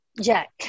Jack